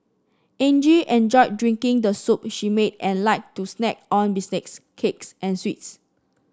Angie enjoyed drinking the soup she made and liked to snack on biscuits cakes and sweets